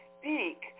speak